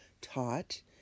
taught